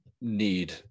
need